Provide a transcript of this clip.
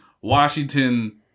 Washington